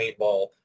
paintball